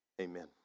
Amen